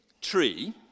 tree